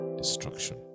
destruction